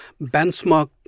benchmark